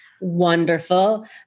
wonderful